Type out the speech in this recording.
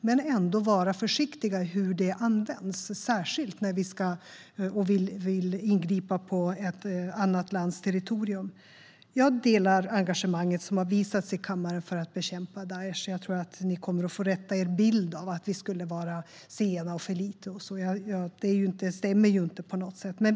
Men ändå ska vi vara försiktiga i hur det används, särskilt när vi vill ingripa på ett annat lands territorium. Jag delar engagemanget som har visats i kammaren för att bekämpa Daesh, och jag tror att ni kommer att få rätta till er bild av att vi skulle vara sena och göra för lite. Den stämmer inte på något sätt.